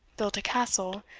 built a castle,